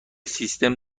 سیستم